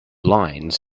lines